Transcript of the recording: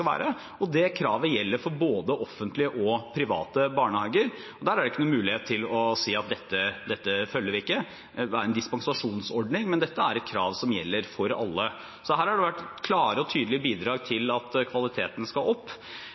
være, og det kravet gjelder for både offentlige og private barnehager. Der er det ikke noen mulighet til å si at dette følger vi ikke. Det vil være en dispensasjonsordning, men dette er et krav som gjelder for alle. Så her har det vært klare og tydelige bidrag til at kvaliteten skal opp.